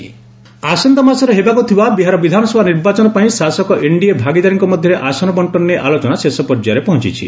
Bihar poll ଆସନ୍ତା ମାସରେ ହେବାକୁ ଥିବା ବିହାର ବିଧାନସଭା ନିର୍ବାଚନ ପାଇଁ ଶାସକ ଏନଡିଏ ଭାଗିଦାରୀଙ୍କ ମଧ୍ୟରେ ଆସନ ବଣ୍ଟନ ନେଇ ଆଲୋଚନା ଶେଷ ପର୍ଯ୍ୟାୟରେ ପହଞ୍ଚୁଛି